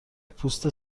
پوست